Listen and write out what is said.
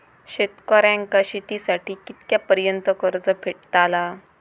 शेतकऱ्यांका शेतीसाठी कितक्या पर्यंत कर्ज भेटताला?